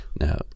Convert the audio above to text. No